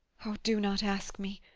oh! do not ask me!